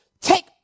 take